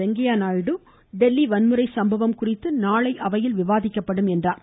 வெங்கைய்ய நாயுடு டெல்லி வன்முறை சம்பவம் குறித்து நாளை அவையில் விவாதிக்கப்படும் என்றார்